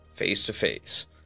face-to-face